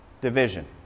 division